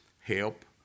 help